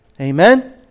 Amen